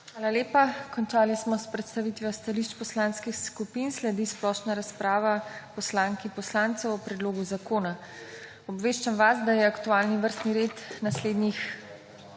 Hvala lepa. Končali smo s predstavitvijo stališč poslanskih skupin. Sledi splošna razprava poslank in poslancev o predlogu zakona. Obveščam vas, da je aktualni vrstni red preostalih